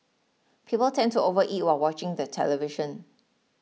people tend to overeat while watching the television